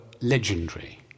legendary